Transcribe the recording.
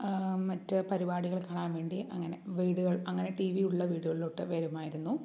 മറ്റ് പരിപാടികൾ കാണാൻ വേണ്ടി അങ്ങനെ വീടുകൾ അങ്ങനെ ടി വി ഉള്ള വീടുകളിലോട്ട് വരുമായിരുന്നു